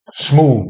smooth